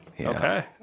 okay